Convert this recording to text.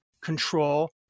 control